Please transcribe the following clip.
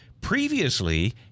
Previously